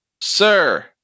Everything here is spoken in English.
sir